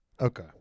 Okay